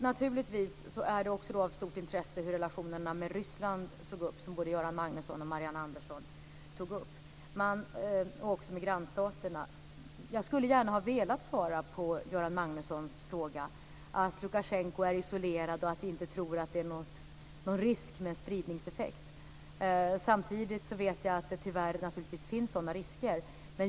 Naturligtvis är också relationerna med Ryssland och med de andra grannstaterna, som både Göran Magnusson och Marianne Andersson tog upp, av stort intresse. Jag skulle på Göran Magnussons fråga gärna ha velat svara att Lukasjenko är isolerad och att vi inte tror att det är någon risk för en spridningseffekt. Samtidigt vet jag att det tyvärr finns sådana risker.